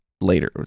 later